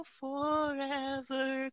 forever